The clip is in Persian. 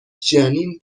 جنین